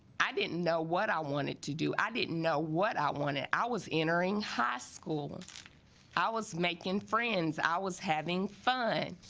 i didn't know what i wanted to do i didn't know what i wanted i was entering high school i was making friends i was having fun